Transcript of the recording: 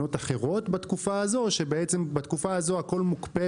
לתחנות אחרות בתקופה הזו או שבתקופה הזו הכול מוקפא